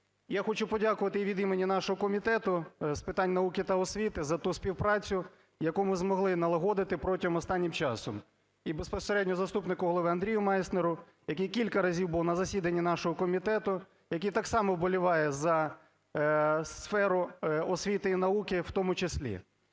Я хочу подякувати і від імені нашого Комітету з питань науки та освіти за ту співпрацю, яку ми змогли налагодити протягом останнього часу. І безпосередньо заступнику голови Андрію Майснеру, який кілька разів був на засіданні нашого комітету, який так само вболіває за сферу освіти і науки в тому числі.